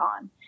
on